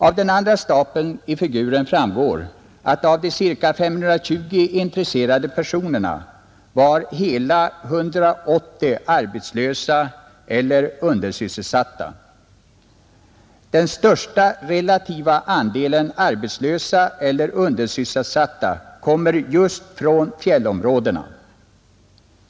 Av den andra stapeln i figuren framgår att av de cirka 520 intresserade personerna var hela 180 arbetslösa eller undersysselsatta. Den största relativa andelen arbetslösa eller undersysselsatta kommer just från fjällområdena.